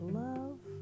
love